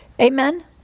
amen